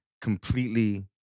completely